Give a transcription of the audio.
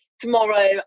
Tomorrow